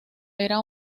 era